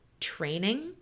training